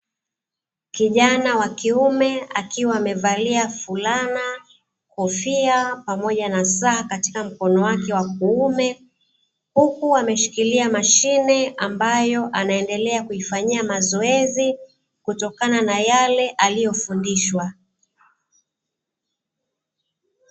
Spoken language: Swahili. Kijana wa kiume akiwa amevalia fulana, kofia pamoja na saa katika mkono wake wa kuume huku ameshikilia mashine ambayo anaendelea kuifanyia mazoezi kutokana na yale aliyofundishwa.